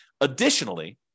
Additionally